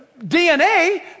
DNA